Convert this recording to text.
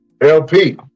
LP